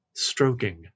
Stroking